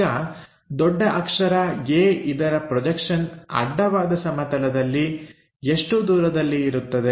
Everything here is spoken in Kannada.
ಈಗ ದೊಡ್ಡ ಅಕ್ಷರ A ಇದರ ಪ್ರೊಜೆಕ್ಷನ್ ಅಡ್ಡವಾದ ಸಮತಲದಲ್ಲಿ ಇಷ್ಟು ದೂರದಲ್ಲಿ ಇರುತ್ತದೆ